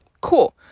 cool